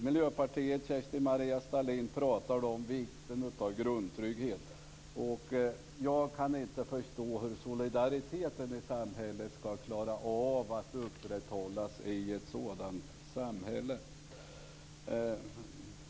Miljöpartiet och Kerstin-Maria Stalin talar om vikten av grundtrygghet. Jag kan inte förstå hur man skall kunna klara av att upprätthålla solidariteten i ett sådant samhälle.